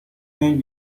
went